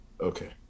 Okay